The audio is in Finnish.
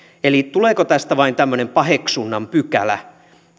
tuleeko tästä vain tämmöinen paheksunnan pykälä